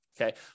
Okay